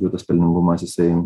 jau tas pelningumas jisai